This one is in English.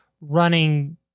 running